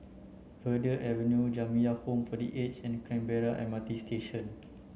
Verde Avenue Jamiyah Home for the Aged and Canberra M R T Station